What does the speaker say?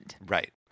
Right